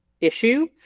issue